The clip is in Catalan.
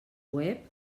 web